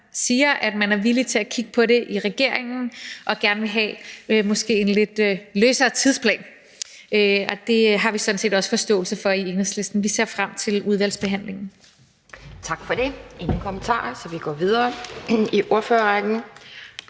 siger, at man er villig til at kigge på det i regeringen og gerne vil have en måske lidt løsere tidsplan. Og det har vi sådan set også forståelse for i Enhedslisten. Vi ser frem til udvalgsbehandlingen. Kl. 12:00 Anden næstformand (Pia Kjærsgaard): Tak